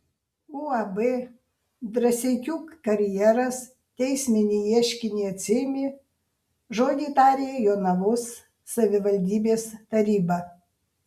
uab drąseikių karjeras teisminį ieškinį atsiėmė žodį tarė jonavos savivaldybės taryba